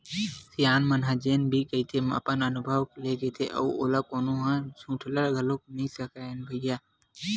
सियान मन ह जेन भी कहिथे अपन अनभव ले कहिथे अउ ओला कोनो ह झुठला घलोक नइ सकय न भई